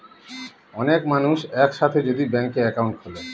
অনেক মানুষ এক সাথে যদি ব্যাংকে একাউন্ট খুলে